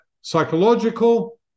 psychological